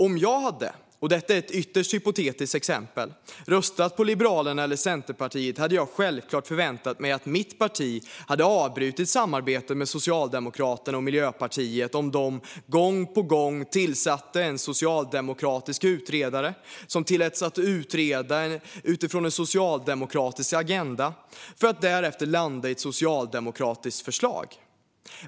Om jag hade - detta är ett ytterst hypotetiskt exempel - röstat på Liberalerna eller Centerpartiet hade jag självklart förväntat mig att mitt parti hade avbrutit samarbetet med Socialdemokraterna och Miljöpartiet om de gång på gång tillsatte en socialdemokratisk utredare som tilläts att utreda utifrån en socialdemokratisk agenda för att därefter landa i ett socialdemokratiskt förslag.